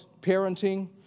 parenting